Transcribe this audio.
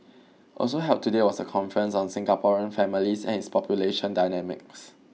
also held today was a conference on Singaporean families and its population dynamics